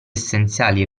essenziali